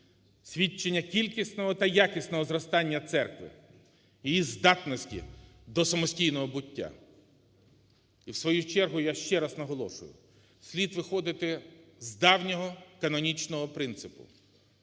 свідчення кількісного та якісного зростання церкви, її здатності до самостійного буття". І в свою чергу, я ще раз наголошую, слід виходити з давнього канонічного принципу: